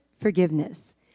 forgiveness